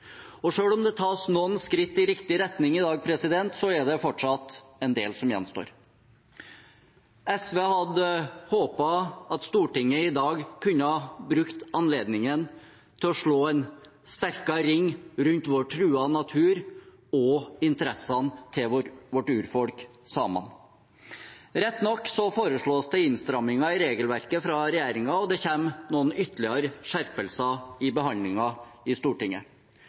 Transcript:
om det tas noen skritt i riktig retning i dag, er det fortsatt en del som gjenstår. SV hadde håpet at Stortinget i dag kunne ha brukt anledningen til å slå en sterkere ring rundt vår truede natur og interessene til vårt urfolk, samene. Rett nok foreslås det innstramminger i regelverket fra regjeringen, og det kommer noen ytterligere skjerpelser i behandlingen i Stortinget.